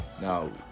now